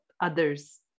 others